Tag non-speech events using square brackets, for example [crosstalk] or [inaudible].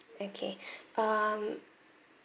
okay [breath] um